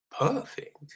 perfect